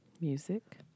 music